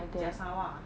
just now ah